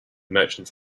merchants